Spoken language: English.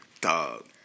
Dog